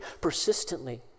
persistently